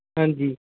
ਹਾਂਜੀ